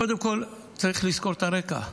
קודם כול, צריך לזכור את הרקע.